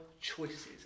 Choices